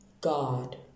God